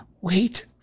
wait